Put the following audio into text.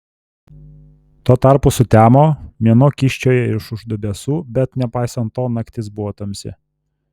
tuo tarpu sutemo mėnuo kyščiojo iš už debesų bet nepaisant to naktis buvo tamsi